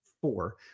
four